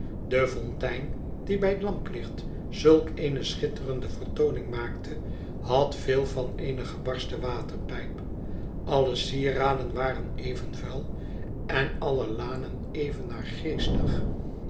de fontein die bij lamplicht zulk eene schitterende vertooning maakte had veel van eene gebarsten waterpijp alle sieraden waren even vuii en alle lanen even